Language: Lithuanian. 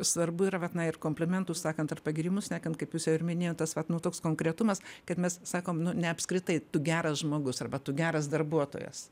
svarbu yra vat na ir komplimentus sakant ar pagyrimus snekant kaip jūs jau ir minėjot tas vat nu toks konkretumas kaip mes sakom nu ne apskritai tu geras žmogus arba tu geras darbuotojas